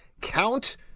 Count